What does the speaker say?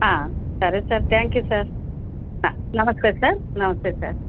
సరే sir thank you sir నమస్తే sir నమస్తే సార్